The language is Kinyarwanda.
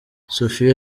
sophia